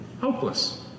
hopeless